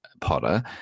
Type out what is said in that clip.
Potter